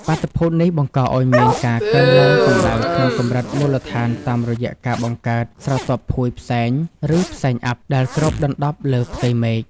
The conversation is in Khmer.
បាតុភូតនេះបង្កឱ្យមានការកើនឡើងកម្ដៅក្នុងកម្រិតមូលដ្ឋានតាមរយៈការបង្កើត ស្រទាប់ភួយផ្សែង ឬផ្សែងអ័ព្ទ ដែលគ្របដណ្ដប់លើផ្ទៃមេឃ។